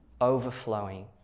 overflowing